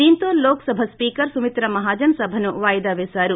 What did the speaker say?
దీంతో లోక్సభ స్పీకర్ సుమిత్రా మహాజన్ సభను వాయిదా పేశారు